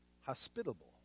hospitable